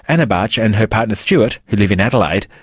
anna bartsch and her partner stuart, who live in adelaide,